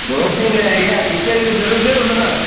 दोस्ती में अड़ियां पिचर बि त ज़रुरी थी न हुनसां